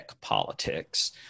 politics